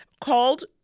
called